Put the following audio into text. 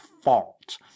fault